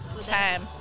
time